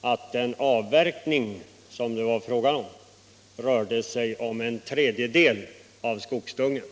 att avverkningen rörde sig om en tredjedel av skogsdungen.